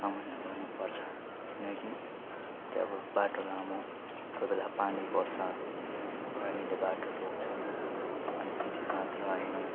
सामना गर्नुपर्छ किनकि जस्तै अब बाटो लामो कोही बेला पानी पर्छ पानीले बाटो रोक्छ अनि त्यति मात्र होइन